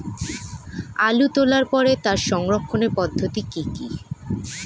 আলু তোলার পরে তার সংরক্ষণের পদ্ধতি কি কি?